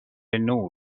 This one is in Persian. نور